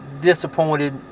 Disappointed